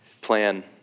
plan